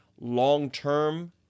long-term